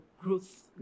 growth